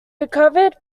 recovered